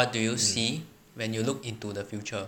what do you see when you look into the future